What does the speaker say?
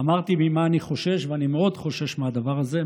אמרתי ממה אני חושש: אני מאוד חושש מהדבר הזה,